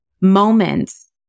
moments